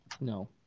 No